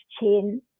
chain